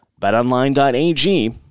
Betonline.ag